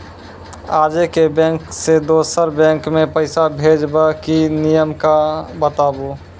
आजे के बैंक से दोसर बैंक मे पैसा भेज ब की नियम या बताबू?